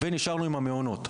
ונשארנו עם המעונות,